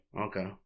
Okay